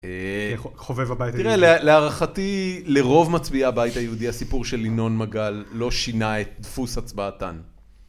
חובב הבית היהודי. תראה, להערכתי, לרוב מצביעי בית היהודי הסיפור של לינון מגל לא שינה את דפוס הצבעתם.